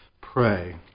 pray